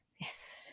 Yes